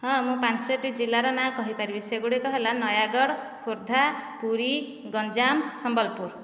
ହଁ ମୁଁ ପାଞ୍ଚୋଟି ଜିଲ୍ଲାର ନାଁ କହିପାରିବି ସେ ଗୁଡ଼ିକ ହେଲା ନୟାଗଡ଼ ଖୋର୍ଦ୍ଧା ପୁରୀ ଗଞ୍ଜାମ ସମ୍ବଲପୁର